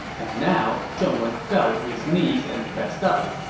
and now, zheng wen fell to his knees and fessed up.